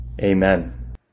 Amen